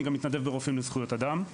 ואני גם מתנדב ברופאים לזכויות אדם.